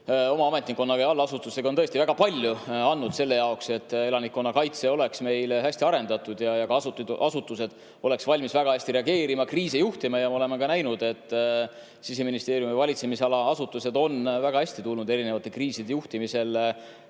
oma ametnikkonna ja allasutustega on tõesti väga palju andnud selle jaoks, et elanikkonnakaitse oleks meil hästi arendatud ja ka asutused oleks valmis väga hästi reageerima, kriise juhtima. Me oleme näinud, et Siseministeeriumi valitsemisala asutused on väga hästi erinevate kriiside juhtimisega